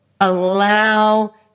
allow